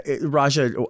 Raja